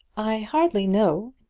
i hardly know,